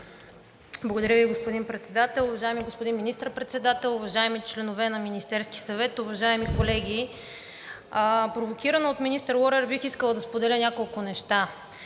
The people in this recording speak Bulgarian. Благодаря Ви, господин Председател. Уважаеми господин Министър-председател, уважаеми членове на Министерския съвет, уважаеми колеги! Провокирана от министър Лорер, бих искала да споделя няколко неща.